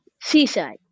Seaside